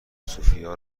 سوفیا